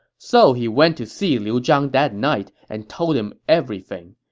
so he went to see liu zhang that night and told him everything.